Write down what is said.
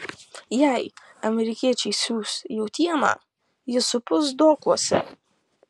jei amerikiečiai siųs jautieną ji supus dokuose